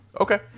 okay